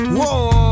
Whoa